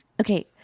okay